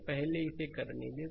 तो पहले इसे करने दें